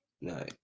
No